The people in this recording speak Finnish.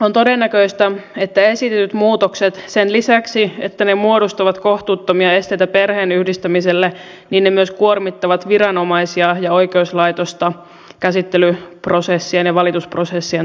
on todennäköistä että esitetyt muutokset sen lisäksi että ne muodostavat kohtuuttomia esteitä perheenyhdistämiselle myös kuormittavat viranomaisia ja oikeuslaitosta käsittelyprosessien ja valitusprosessien takia